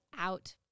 out